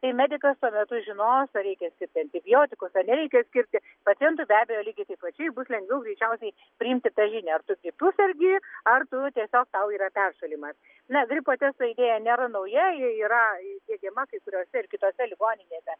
tai medikas tuo metu žinos ar reikia skirti antibiotikus ar nereikia skirti pacientui be abejo lygiai taip pačiai bus lengviau greičiausiai priimti tą žinią ar tu gripu sergi ar tu tiesiog tau yra peršalimas na gripo testo idėja nėra nauja ji yra įdiegiama kai kuriose ir kitose ligoninėse